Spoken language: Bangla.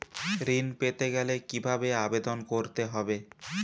ঋণ পেতে গেলে কিভাবে আবেদন করতে হবে?